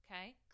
okay